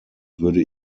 würde